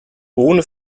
ohne